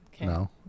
No